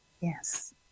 Yes